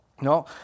No